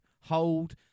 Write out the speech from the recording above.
hold